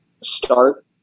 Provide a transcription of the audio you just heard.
start